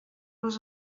les